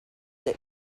that